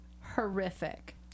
horrific